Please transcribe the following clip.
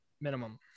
Minimum